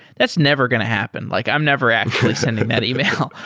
that's never going to happen. like i'm never actually sending that email.